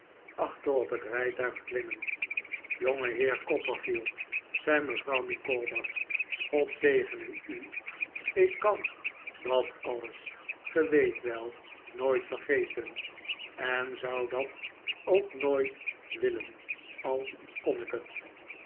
achter op het rijtuig klimmen jongeheer copperfield zei mevrouw micawber god zegene u ik kan dat alles ge weet wel nooit vergeten en zou dat ook nooit willen al kon ik het